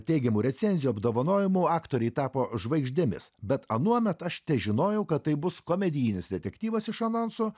teigiamų recenzijų apdovanojimų aktoriai tapo žvaigždėmis bet anuomet aš težinojau kad tai bus komedijinis detektyvas iš anonsų